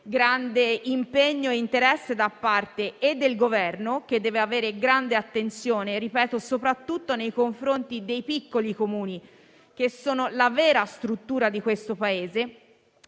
grande impegno e interesse da parte sia del Governo, che deve avere grande attenzione - lo ripeto - soprattutto nei confronti dei piccoli Comuni che sono la vera struttura di questo Paese,